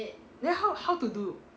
then how how to do